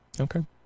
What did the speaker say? Okay